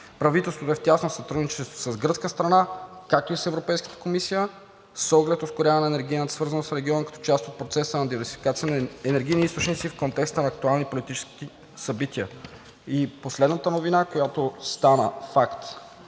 Правителството е в тясно сътрудничество с гръцката страна, както и с Европейската комисия, с оглед ускоряване на енергийната сигурност в региона като част от процеса на диверсификация на енергийни източници в контекста на актуалните политически събития. И последната новина, която стана факт